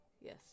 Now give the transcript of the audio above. Yes